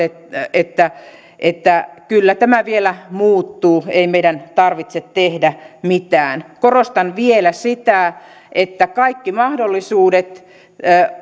että että kyllä tämä vielä muuttuu ei meidän tarvitse tehdä mitään korostan vielä sitä että kaikki mahdollisuudet